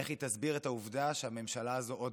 איך היא תסביר את העובדה שהממשלה הזאת עוד